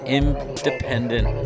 independent